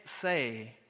say